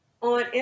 on